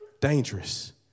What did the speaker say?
Dangerous